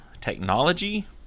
technology